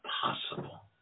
possible